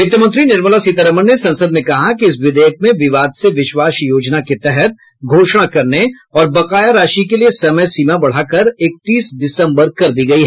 वित्त मंत्री निर्मला सीतारामन ने संसद में कहा कि इस विधेयक में विवाद से विश्वास योजना के तहत घोषणा करने और बकाया राशि के लिए समय सीमा बढ़ाकर इकतीस दिसंबर कर दी गई है